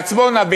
בעצמונה,